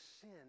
sin